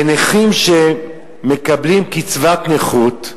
ונכים שמקבלים קצבת נכות,